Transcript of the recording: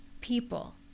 people